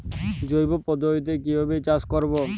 জৈব পদ্ধতিতে কিভাবে চাষ করব?